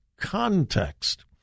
context